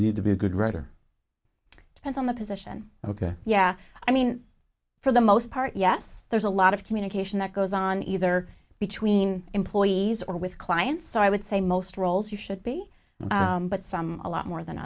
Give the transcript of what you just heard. you need to be a good writer depends on the position ok yeah i mean for the most part yes there's a lot of communication that goes on either between employees or with clients so i would say most roles you should be but some a lot more than